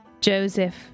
Joseph